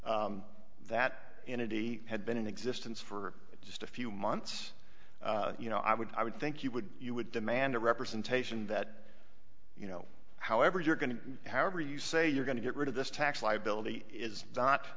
entity had been in existence for just a few months you know i would i would think you would you would demand a representation that you know however you're going to have or you say you're going to get rid of this tax liability is not